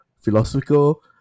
philosophical